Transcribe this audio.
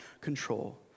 control